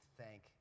thank